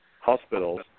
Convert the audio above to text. Hospitals